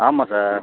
ஆமாம் சார்